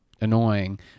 annoying